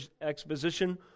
exposition